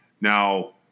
Now